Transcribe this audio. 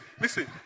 listen